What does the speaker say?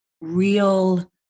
real